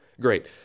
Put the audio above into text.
Great